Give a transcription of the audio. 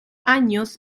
años